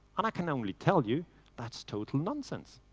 and i can only tell you that's total nonsense.